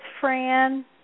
Fran